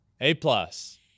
A-plus